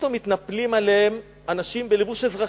פתאום מתנפלים עליהם אנשים בלבוש אזרחי,